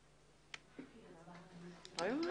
אני כתבתי